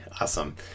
Awesome